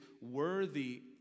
worthy